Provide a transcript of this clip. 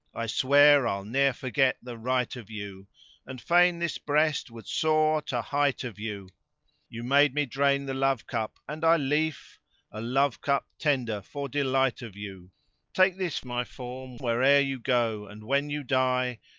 i swear i'll ne'er forget the right of you and fain this breast would soar to height of you you made me drain the love cup, and i lief a love cup tender for delight of you take this my form where'er you go, and when you die,